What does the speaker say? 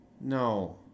No